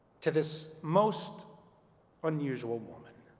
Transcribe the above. to this most unusual woman.